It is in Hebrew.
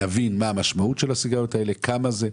להבין מה המשמעות של הסיגריות האלה, כמה זה,